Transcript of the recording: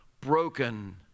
broken